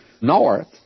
north